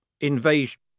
Invasion